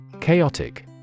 Chaotic